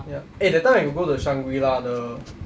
ya eh that time I got go the shangri-la the